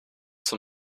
zum